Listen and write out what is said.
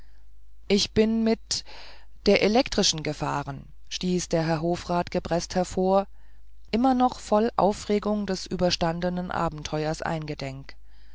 ich bin mit der elektrischen gefahren stieß der herr hofrat gepreßt hervor immer noch voll aufregung des überstandenen abenteuers eingedenk